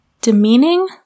demeaning